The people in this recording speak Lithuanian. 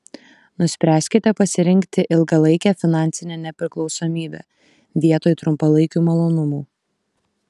nuspręskite pasirinkti ilgalaikę finansinę nepriklausomybę vietoj trumpalaikių malonumų